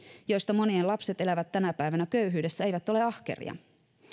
joista monien lapset elävät tänä päivänä köyhyydessä eivät ole ahkeria